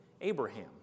Abraham